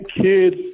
kids